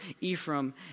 Ephraim